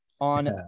on